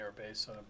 airbase